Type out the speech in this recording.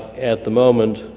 at the moment,